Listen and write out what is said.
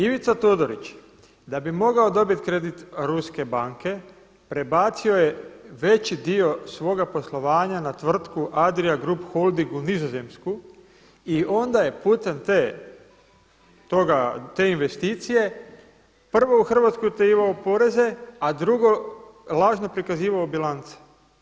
Ivica Todorić da bi mogao dobiti kredit ruske banke prebacio je veći dio svoga poslovanja na tvrtku Adria Group Holding u Nizozemsku i onda je putem te investicije prvo u Hrvatskoj utajivao poreze, a drugo lažno prikazivao bilance.